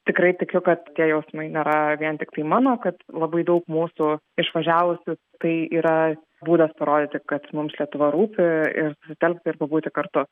tikrai tikiu kad tie jausmai nėra vien tiktai mano kad labai daug mūsų išvažiavusių tai yra būdas parodyti kad mums lietuva rūpi ir susitelkti ir pabūti kartu